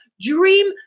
Dream